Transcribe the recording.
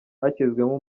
hashyizweho